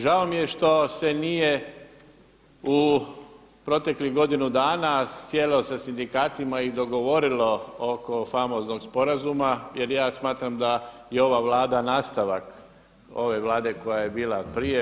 Žao mi je što se nije u proteklih godinu dana sjelo sa sindikatima i dogovorilo oko famoznog sporazuma jer ja smatram da je ova Vlada nastavak one vlade koja je bila prije.